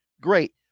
great